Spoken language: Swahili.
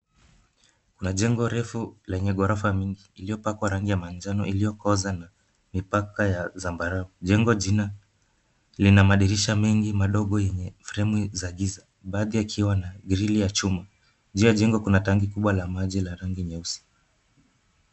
Kuna jengo refu lenye ghorofa mingi iliyopakwa rangi ya manjano iliyokoza na mipaka ya zambarau. Jengo lina madirisha mengi madogo yenye fremu za giza, baadhi yakiwa na grili ya chuma. Juu ya jengo kuna tangi kubwa la maji la rangi nyeusi.